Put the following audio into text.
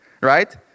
Right